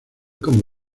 como